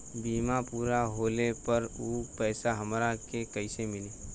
बीमा पूरा होले पर उ पैसा हमरा के कईसे मिली?